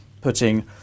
putting